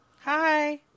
Hi